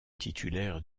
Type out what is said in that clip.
titulaire